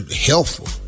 helpful